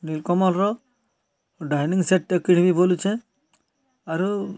ନିଲ୍କମଲ୍ର dining ସେଟ୍ଟେ କିଣ୍ବି ବୋଲୁଛେଁ ଆରୁ